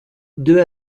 deux